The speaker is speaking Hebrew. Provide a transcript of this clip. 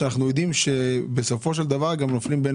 שגם ככה אנחנו יודעים שהם נופלים בין